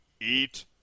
Eat